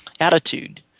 attitude